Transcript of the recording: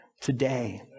today